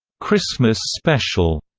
christmas special,